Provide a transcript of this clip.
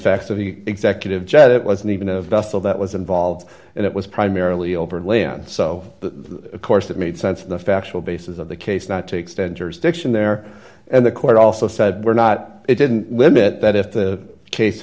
facts of the executive jet it wasn't even a vessel that was involved and it was primarily over land so the of course that made sense of the factual basis of the case not to extend jurisdiction there and the court also said we're not it didn't limit that if the case